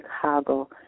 chicago